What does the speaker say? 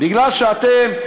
כי אתם,